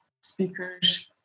speakers